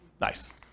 Nice